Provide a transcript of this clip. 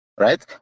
right